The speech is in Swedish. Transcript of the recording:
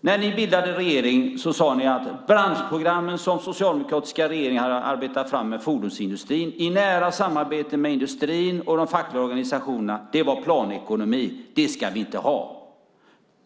När ni bildade regering sade ni att de branschprogram som socialdemokratiska regeringar hade arbetat fram för fordonsindustrin, i nära samarbete med industrin och de fackliga organisationerna, var planekonomi. Det skulle vi inte ha.